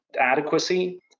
adequacy